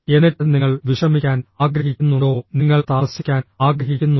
എന്നിട്ട് നിങ്ങൾ വിശ്രമിക്കാൻ ആഗ്രഹിക്കുന്നുണ്ടോ നിങ്ങൾ താമസിക്കാൻ ആഗ്രഹിക്കുന്നുണ്ടോ